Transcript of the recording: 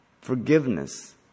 forgiveness